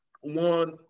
one